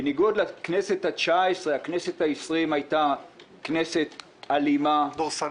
בניגוד לכנסת ה-19 הכנסת ה-20 היתה כנסת אלימה --- דורסנית.